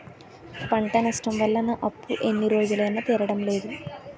పంట నష్టం వల్ల నా అప్పు ఎన్ని రోజులైనా తీరడం లేదు